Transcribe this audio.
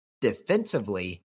defensively